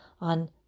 on